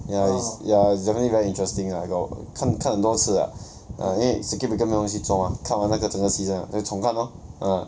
ya it's ya it's definitely very interesting ah 有看看很多次 liao ah 因为 circuit breaker 没有东西做 mah 看完那个整个 season liao 又重看 lor ah